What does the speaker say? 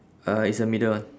uh it's the middle one